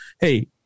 hey